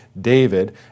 David